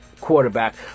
quarterback